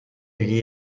gli